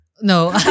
No